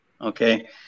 Okay